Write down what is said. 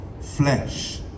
flesh